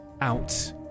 out